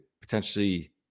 potentially